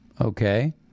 Okay